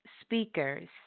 speakers